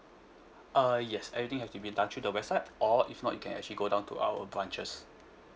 uh yes everything has to be done through the website or if not you can actually go down to our branches